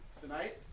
tonight